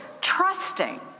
trusting